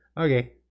okay